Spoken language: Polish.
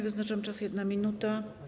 Wyznaczam czas - 1 minuta.